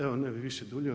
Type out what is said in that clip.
Evo ne bih više duljio.